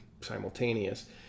simultaneous